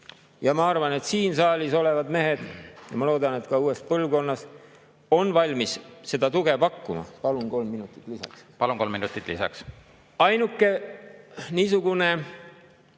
Ma arvan, et siin saalis olevad mehed, ja ma loodan, et ka uue põlvkonna [mehed] on valmis seda tuge pakkuma. Palun kolm minutit lisaks. Palun, kolm minutit lisaks! Ainuke niisugune